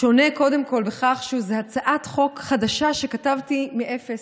שונה קודם כול בכך שזאת הצעת חוק חדשה שכתבתי מאפס.